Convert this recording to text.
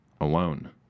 alone